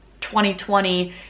2020